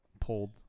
pulled